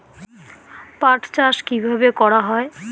পাট চাষ কীভাবে করা হয়?